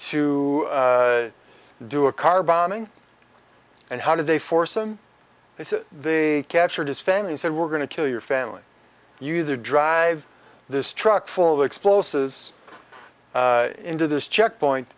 to do a car bombing and how did they force and they said they captured his family said we're going to kill your family you either drive this truck full of explosives into this checkpoint